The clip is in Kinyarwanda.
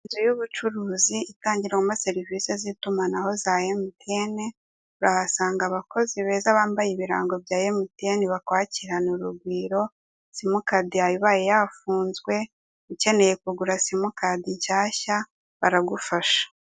Inzu y'ubucuruzi itangirwamo serivise z'itumanaho za emutiyeni urahasanga abakozi beza bambaye ibirango bya emutiyeni bakwakirana urugwiro simukadi yawe ibaye yafunzwe, ukeneye kugura simukadi nshyashya baragufasha.